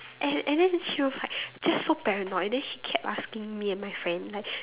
and and then she was like just so paranoid and then she kept asking me and my friend like